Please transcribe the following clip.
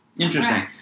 Interesting